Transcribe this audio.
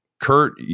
Kurt